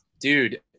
dude